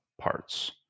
parts